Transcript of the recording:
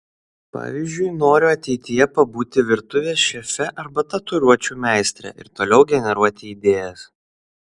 pavyzdžiui noriu ateityje pabūti virtuvės šefe arba tatuiruočių meistre ir toliau generuoti idėjas